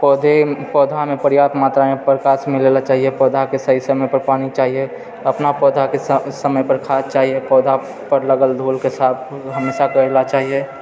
पौधे पौधामे पर्याप्त मात्रामे प्रकाश मिलैला चाहिए पौधाके सही समय पर पानि चाहिए अपना पौधाके समय पर खाद्य चाहिए पौधा पर लगल धूलके सा हमेशा करए ला चाहिए